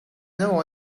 know